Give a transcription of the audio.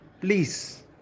please